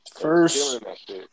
First